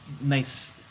nice